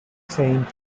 saint